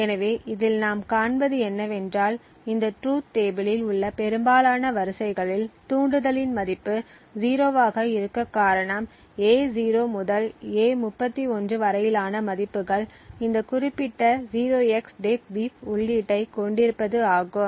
எனவே இதில் நாம் காண்பது என்னவென்றால் இந்த ட்ரூத் டேபிளில் உள்ள பெரும்பாலான வரிசைகளில் தூண்டுதலின் மதிப்பு 0 ஆக இருக்க காரணம் A0 முதல் A31 வரையிலான மதிப்புகள் இந்த குறிப்பிட்ட 0xDEADBEEF உள்ளீட்டைக் கொண்டிருப்பது ஆகும்